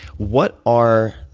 what are